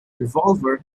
revolver